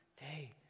day